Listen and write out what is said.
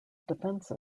defence